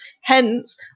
Hence